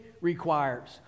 requires